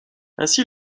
ainsi